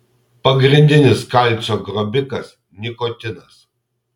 pagrindinis kalcio grobikas nikotinas